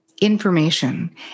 information